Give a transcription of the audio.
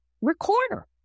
recorder